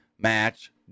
match